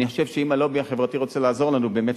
אני חושב שאם הלובי החברתי רוצה לעזור לנו באמת,